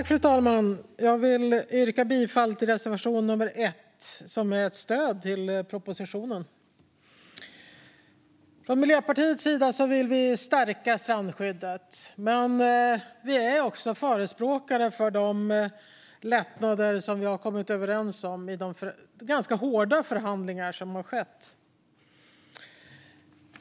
Fru talman! Jag yrkar bifall till reservation nummer 1, som innebär stöd till propositionen. Från Miljöpartiets sida vill vi stärka strandskyddet. Men vi är också förespråkare för de lättnader som vi har kommit överens om i de ganska hårda förhandlingar som skett.